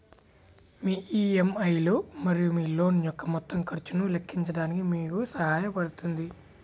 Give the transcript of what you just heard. మీ EMI లు మరియు మీ లోన్ యొక్క మొత్తం ఖర్చును లెక్కించడానికి మీకు సహాయపడుతుంది